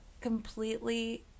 completely